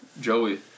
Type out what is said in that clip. Joey